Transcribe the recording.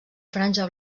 franja